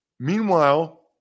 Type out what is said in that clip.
Meanwhile